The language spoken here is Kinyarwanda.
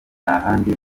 ntahandi